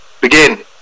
begin